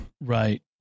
Right